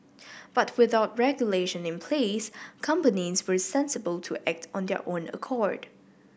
but without regulation in place companies were sensible to act on their own accord